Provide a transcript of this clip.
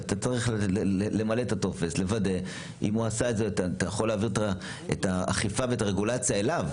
אתה יכול להעביר את האכיפה ואת הרגולציה אליו,